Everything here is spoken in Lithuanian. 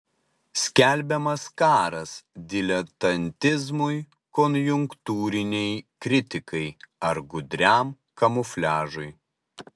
skelbiamas karas diletantizmui konjunktūrinei kritikai ar gudriam kamufliažui